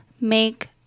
make